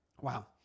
Wow